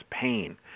pain